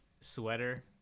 sweater